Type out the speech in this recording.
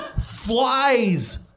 flies